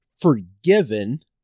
forgiven